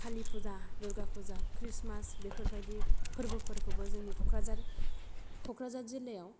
कालि Puja Durga Puja Christmas बेफोर बादि फोरबो फोरखौबो जोंनि क'क्राझार क'क्राझार जिल्लायाव फालिनाय जायो